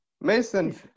Mason